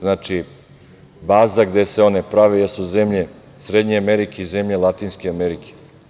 Znači, baza gde su oni prave jesu zemlje Srednje Amerike i zemlje Latinske Amerike.